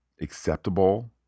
acceptable